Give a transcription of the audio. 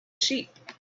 sheep